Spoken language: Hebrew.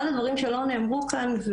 אחד הדברים שלא נאמרו כאן,